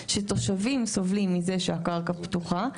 שתושבים סובלים מזה שהקרקע פתוחה,